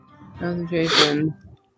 Concentration